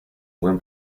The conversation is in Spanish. buen